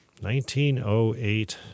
1908